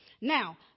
Now